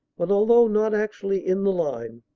but although not actually in the line,